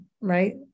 right